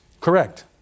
Correct